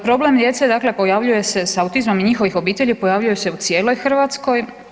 Problem djece dakle pojavljuje se sa autizmom i njihovih obitelji pojavljuje se u cijeloj Hrvatskoj.